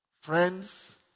Friends